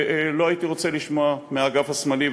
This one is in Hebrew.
לא הייתי רוצה לשמוע מהאגף השמאלי,